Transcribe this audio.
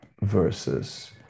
versus